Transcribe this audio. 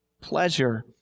pleasure